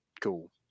cool